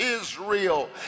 Israel